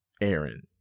Aaron